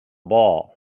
ball